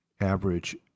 average